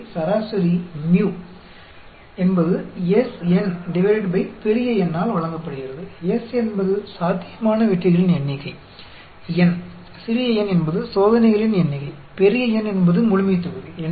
இங்கே சராசரி μ mean μ என்பது S n பெரிய N ஆல் வழங்கப்படுகிறது S என்பது சாத்தியமான வெற்றிகளின் எண்ணிக்கை n சிறிய n என்பது சோதனைகளின் எண்ணிக்கை பெரிய N என்பது முழுமைத்தொகுதி